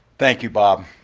thank you, bob.